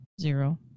zero